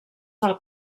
del